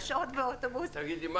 שעות באוטובוס בלי מזגן ובלי חלון?